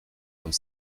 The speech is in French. comme